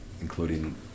including